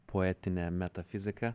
poetinė metafizika